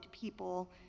people